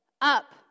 up